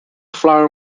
flour